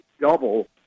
double